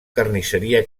carnisseria